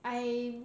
I